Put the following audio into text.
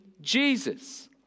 Jesus